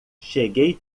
cheguei